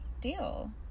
deal